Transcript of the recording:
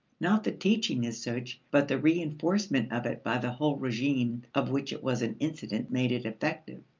not the teaching as such but the reinforcement of it by the whole regime of which it was an incident made it effective.